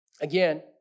again